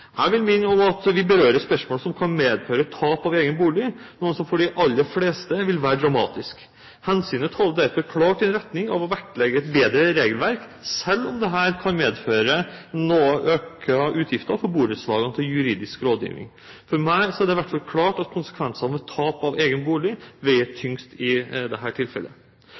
Jeg vil minne om at vi berører spørsmål som kan medføre tap av egen bolig, noe som for de aller fleste vil være dramatisk. Hensynet taler derfor klart i retning av å vektlegge et bedre regelverk, selv om dette kan medføre noe økte utgifter for borettslagene til juridisk rådgivning. For meg er det i hvert fall klart at konsekvensene ved tap av egen bolig veier tyngst i dette tilfellet.